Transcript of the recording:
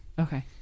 Okay